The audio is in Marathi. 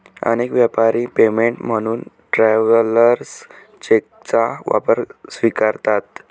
अनेक व्यापारी पेमेंट म्हणून ट्रॅव्हलर्स चेकचा वापर स्वीकारतात